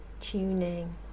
tuning